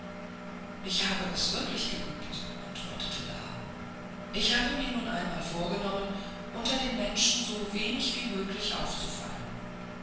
ich habe es wirklich eingeübt antwortete la ich habe mir nun einmal vorgenommen unter den menschen so wenig wie möglich aufzufallen